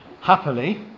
Happily